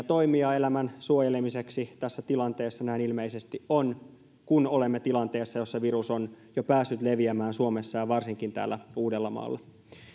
toimia elämän suojelemiseksi tässä tilanteessa näin ilmeisesti on kun olemme tilanteessa jossa virus on jo päässyt leviämään suomessa ja varsinkin täällä uudellamaalla